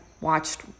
watched